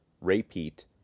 repeat